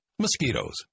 mosquitoes